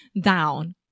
Down